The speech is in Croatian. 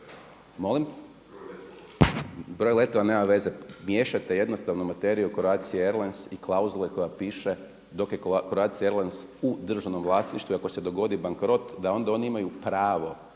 … Broj letova nema veze. Miješate jednostavno materiju Croatia airlines i klauzule koja piše dok je Croatia airlines u državnom vlasništvu i ako se dogodi bankrot da onda oni imaju pravo